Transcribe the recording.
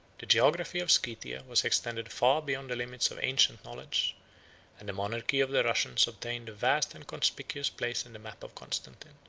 the geography of scythia was extended far beyond the limits of ancient knowledge and the monarchy of the russians obtains a vast and conspicuous place in the map of constantine.